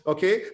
Okay